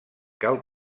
cal